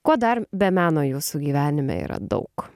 ko dar be meno jūsų gyvenime yra daug